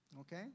okay